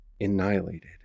annihilated